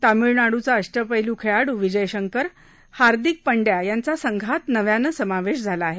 तामिळनाडुचा अष्टपैल् खेळाडू विजय शंकर हार्दिक पंड्या यांचा संघात नव्यानं समावेश झाला आहे